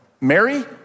Mary